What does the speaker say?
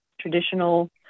traditional